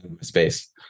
space